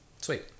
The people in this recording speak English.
Sweet